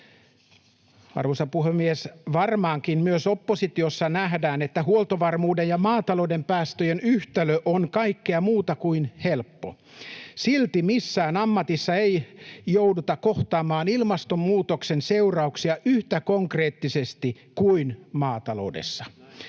Arvoisa puhemies! Varmaankin myös oppositiossa nähdään, että huoltovarmuuden ja maatalouden päästöjen yhtälö on kaikkea muuta kuin helppo. Silti missään ammatissa ei jouduta kohtaamaan ilmastonmuutoksen seurauksia yhtä konkreettisesti kuin maataloudessa.